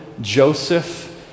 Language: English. Joseph